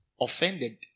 offended